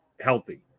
healthy